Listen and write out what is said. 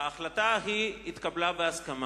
ההחלטה התקבלה בהסכמה,